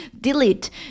Delete